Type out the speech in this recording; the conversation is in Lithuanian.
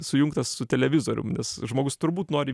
sujungtas su televizorium nes žmogus turbūt nori